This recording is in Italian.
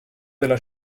della